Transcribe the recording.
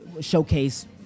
showcase